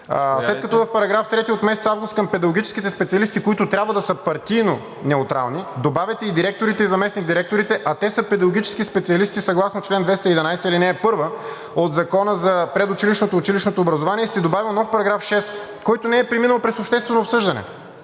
След като в § 3 от месец август към педагогическите специалисти, които трябва да са партийно неутрални, добавяте и директорите и заместник-директорите, а те са педагогически специалисти съгласно чл. 211, ал. 1 от Закона за предучилищното и училищното образование и сте добавили нов § 6, който не е преминал през обществено обсъждане.